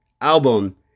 album